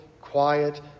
quiet